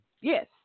Yes